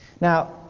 Now